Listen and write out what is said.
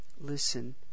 Listen